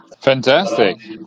fantastic